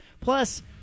Plus